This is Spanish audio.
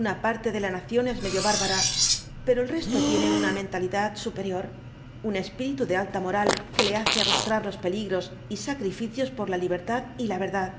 una parte de la nación es medio bárbara pero el resto tiene una mentalidad superior un espíritu de alta moral que le hace arrostrar peligros y sacrificios por la libertad y la verdad